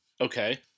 Okay